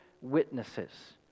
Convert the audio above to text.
witnesses